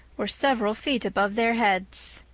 were several feet above their heads.